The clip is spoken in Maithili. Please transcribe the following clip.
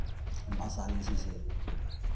भाषा जे छै से